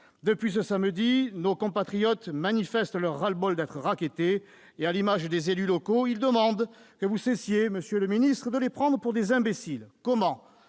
Depuis samedi, nos compatriotes manifestent leur ras-le-bol d'être rackettés et, à l'image des élus locaux, ils demandent que vous cessiez, monsieur le ministre, de les prendre pour des imbéciles ! Comment